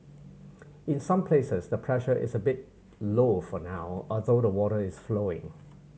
in some places the pressure is a bit low for now although the water is flowing